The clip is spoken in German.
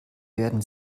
werden